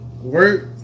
work